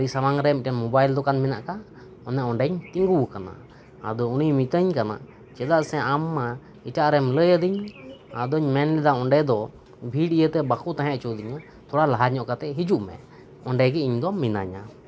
ᱚᱱᱟ ᱫᱟᱨᱮ ᱥᱟᱢᱟᱝ ᱨᱮ ᱢᱤᱫᱴᱟᱝ ᱢᱳᱵᱟᱭᱤᱞ ᱫᱳᱠᱟᱱ ᱢᱮᱱᱟᱜ ᱟᱠᱟᱫ ᱚᱱᱮ ᱚᱸᱰᱤᱧ ᱛᱤᱸᱜᱩᱣᱟᱠᱟᱱᱟ ᱟᱫᱚ ᱩᱱᱤᱭ ᱢᱤᱛᱟᱹᱧ ᱠᱟᱱᱟ ᱪᱮᱫᱟᱜ ᱥᱮ ᱟᱢ ᱢᱟ ᱮᱴᱟᱜ ᱨᱮᱢ ᱞᱟᱹᱭᱟᱫᱤᱧ ᱟᱫᱩᱧ ᱢᱮᱱᱮᱫᱟ ᱚᱸᱰᱮ ᱫᱚ ᱵᱷᱤᱲ ᱤᱭᱟᱹᱛᱮ ᱵᱟᱠᱚ ᱛᱟᱦᱮᱸ ᱚᱪᱩᱣᱟᱫᱤᱧᱟ ᱛᱷᱚᱲᱟ ᱞᱟᱦᱟ ᱧᱚᱜ ᱠᱟᱛᱮ ᱦᱤᱡᱩᱜ ᱢᱮ ᱚᱸᱰᱮ ᱜᱮ ᱤᱧ ᱫᱚ ᱢᱤᱱᱟᱹᱧᱟ